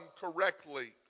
correctly